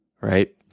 right